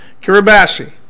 Kiribati